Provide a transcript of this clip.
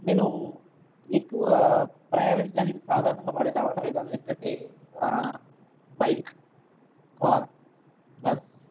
నేను ఎక్కువుగా ప్రయాణించడానికి సాదరణంగా వాడే రవణా విధానం ఏంటంటే బైక్ కార్ బస్